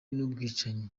n’ubwicanyi